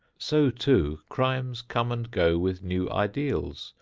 so, too, crimes come and go with new ideals,